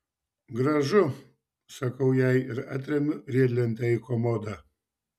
gražu sakau jai ir atremiu riedlentę į komodą